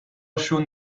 شون